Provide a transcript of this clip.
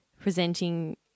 presenting –